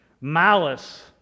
Malice